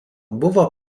buvo